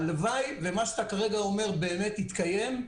הלוואי ומה שאתה כרגע אומר באמת יתקיים.